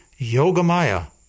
Yogamaya